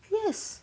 yes